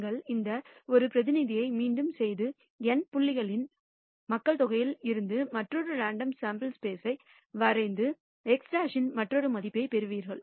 நீங்கள் இந்த பரிசோதனையை மீண்டும் செய்து N புள்ளிகளின் மக்கள்தொகையில் இருந்து மற்றொரு ரெண்டோம் சாம்பிள் யை வரைந்து x̅ இன் மற்றொரு மதிப்பைப் பெறுவீர்கள்